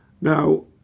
Now